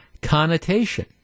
connotation